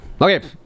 Okay